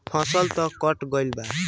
फसल तऽ कट गइल बा